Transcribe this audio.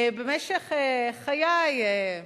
במשך חיי,